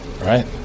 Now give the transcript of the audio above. right